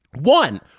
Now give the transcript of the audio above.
one